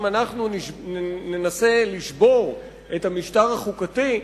אם אנחנו ננסה לשבור את המשטר החוקתי,